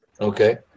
Okay